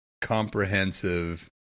comprehensive